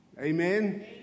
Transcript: Amen